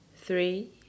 three